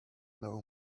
know